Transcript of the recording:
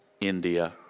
India